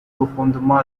profondément